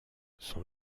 son